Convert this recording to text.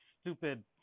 stupid